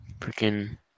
Freaking